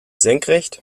senkrecht